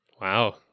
Wow